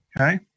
okay